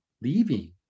leaving